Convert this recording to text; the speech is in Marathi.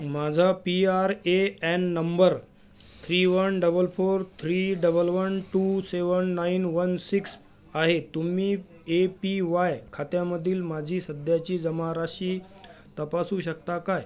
माझा P R A N number three one double four three double one two seven nine one six आहे तुम्ही ए पी वाय खात्यामधील माझी सध्याची जमा राशी तपासू शकता काय